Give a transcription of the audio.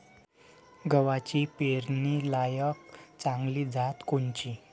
गव्हाची पेरनीलायक चांगली जात कोनची?